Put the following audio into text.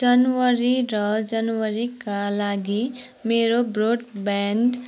जनवरी र जनवरीका लागि मेरो ब्रोडब्यान्ड